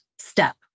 step